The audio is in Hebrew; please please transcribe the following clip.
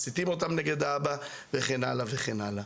מסיתים אותם נגדו וכן הלאה.